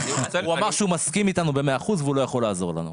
הוא אמר שהוא מסכים איתנו ב-100 אחוזים והוא לא יכול לעזור לנו.